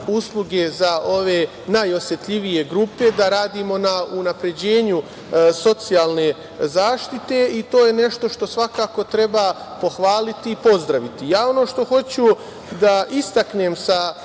usluge za ove najosetljivije grupe, da radimo na unapređenju socijalne zaštite i to je nešto što svakako treba pohvaliti i pozdraviti. Ono što hoću da istaknem iz